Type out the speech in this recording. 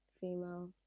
female